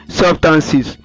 substances